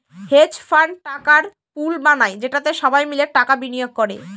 hedge fund টাকার pool বানায় যেটাতে সবাই মিলে টাকা বিনিয়োগ করে